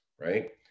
right